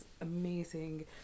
amazing